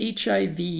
HIV